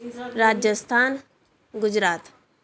Rajasthan Gujarat